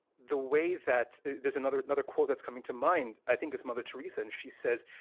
the way that there's another another quote that's coming to mind, i think is mother teresa. and she says,